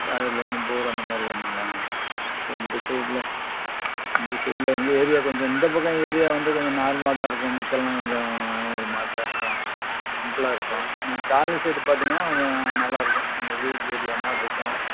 காவேரியில் இந்த போர் அந்த மாதிரி வேணுங்களா இந்த சைட்டில் இந்த சைட்டில் எங்கள் ஏரியா கொஞ்சம் இந்த பக்கம் ஏரியா வந்து கொஞ்சம் நார்மலாக தான் இருக்கும் மக்களெலாம் கொஞ்சம் ஒரு மாதிரி தான் இருக்கும் சிம்பிளாக இருக்கும் நீங்கள் காலனி சைடு பார்த்தீங்கன்னா கொஞ்சம் நல்லாயிருக்கும் கொஞ்சம் விஐபி ஏரியா மாரிருக்கும்